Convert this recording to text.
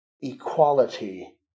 equality